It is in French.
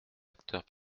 acteurs